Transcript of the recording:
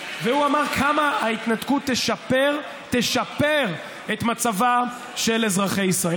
והוא אמר כמה ההתנתקות תשפר את מצבם של אזרחי ישראל.